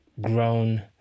grown